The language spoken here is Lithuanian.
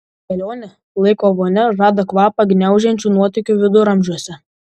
kelionė laiko vonia žada kvapą gniaužiančių nuotykių viduramžiuose